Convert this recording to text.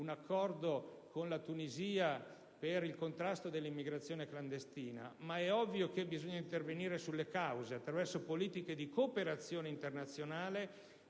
un accordo con la Tunisia per il contrasto all'immigrazione clandestina, ma è ovvio che occorre intervenire sulle cause attraverso politiche di cooperazione internazionale